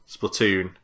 Splatoon